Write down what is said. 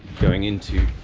going into,